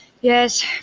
Yes